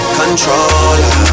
Controller